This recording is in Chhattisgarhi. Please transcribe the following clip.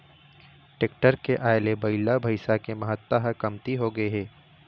टेक्टर के आए ले बइला, भइसा के महत्ता ह कमती होगे हे